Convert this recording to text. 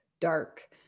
dark